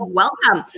welcome